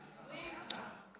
(אומר בערבית: